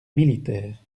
militaires